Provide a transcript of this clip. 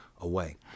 away